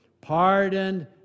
Pardoned